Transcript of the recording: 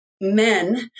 men